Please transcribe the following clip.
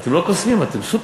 אתם לא קוסמים, אתם סופרמנים.